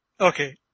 Okay